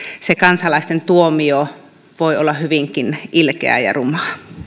se kansalaisten tuomio voi olla hyvinkin ilkeää ja rumaa